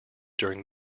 during